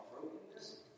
brokenness